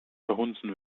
verhunzen